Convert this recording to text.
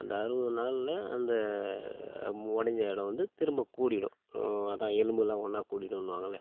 அந்த அறுபது நாளில் அந்த உடஞ்ச இடம் வந்து திரும்பக் கூடிவிடும் அதான் எலும்புலாம் ஒன்னாக கூடிடுன்னுவாங்கல்ல